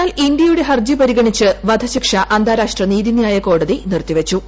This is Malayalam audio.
എന്നാൽ ഇന്ത്യ യുടെ ഹർജ്ജി പരിഗണിച്ച് വധശിക്ഷ അന്താരാഷ്ട്ര നീതിന്യായ കോടതി നിർത്തിവച്ചു